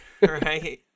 Right